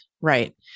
right